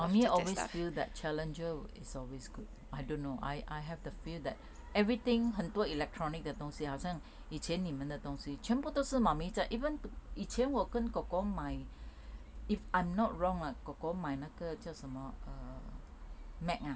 mummy always feel that challenger is always good I don't know I I have the feel that everything 很多 electronic 的东西好像以前你们的东西全部都是 mummy 在 even 以前我跟 kor kor 买 if I'm not wrong lah kor kor 买那个叫什么 err mac ah